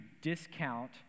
discount